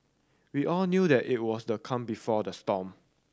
we all knew that it was the calm before the storm